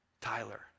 Tyler